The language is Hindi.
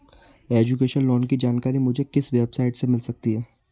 एजुकेशन लोंन की जानकारी मुझे किस वेबसाइट से मिल सकती है?